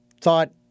thought